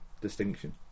Distinction